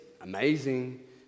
amazing